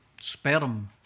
sperm